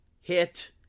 hit